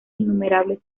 innumerables